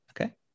Okay